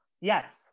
Yes